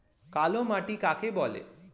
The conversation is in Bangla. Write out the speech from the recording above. কালোমাটি কাকে বলে?